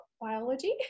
biology